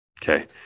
Okay